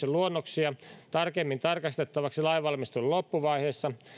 luonnoksia tarkemmin tarkastettavaksi lainvalmistelun loppuvaiheessa